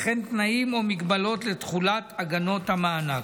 וכן תנאים או מגבלות לתחולת הגנות המענק.